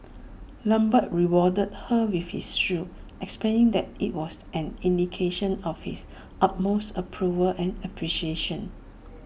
lambert rewarded her with his shoe explaining that IT was an indication of his utmost approval and appreciation